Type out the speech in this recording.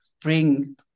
bring